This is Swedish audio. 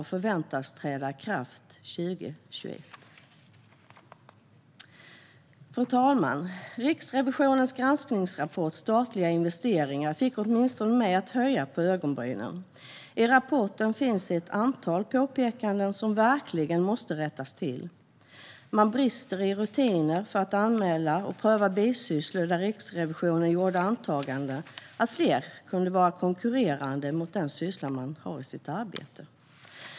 Det förväntas träda i kraft 2021. Fru talman! Riksrevisionens granskningsrapport om Sjöfartsverket fick åtminstone mig att höja på ögonbrynen. I rapporten finns ett antal påpekanden som verkligen måste rättas till. Det finns brister i rutiner för att anmäla och pröva bisysslor. Riksrevisionen gjorde där antaganden att flera personer kunde vara konkurrerande mot den syssla de har i sitt arbete.